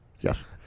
Yes